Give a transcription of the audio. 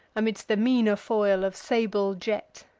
amidst the meaner foil of sable jet.